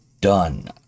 done